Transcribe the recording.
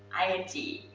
i n g.